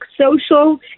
social